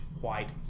white